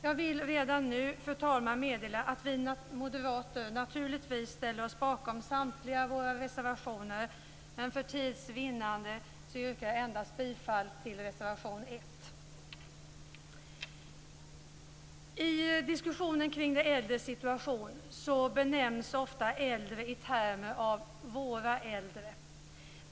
Jag vill redan nu, fru talman, meddela att vi moderater naturligtvis ställer oss bakom samtliga våra reservationer, men för tids vinnande yrkar jag bifall endast till reservation 1. I diskussionen kring de äldres situation omnämns äldre ofta i termer av våra äldre.